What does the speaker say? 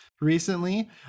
recently